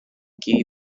qui